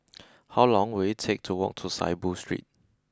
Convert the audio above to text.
how long will it take to walk to Saiboo Street